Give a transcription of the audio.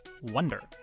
Wonder